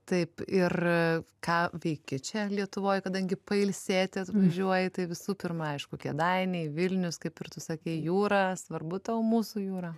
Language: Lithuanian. taip ir ką veiki čia lietuvoj kadangi pailsėti važiuoji tai visų pirma aišku kėdainiai vilnius kaip ir tu sakei jūra svarbu tau mūsų jūra